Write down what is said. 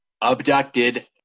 abducted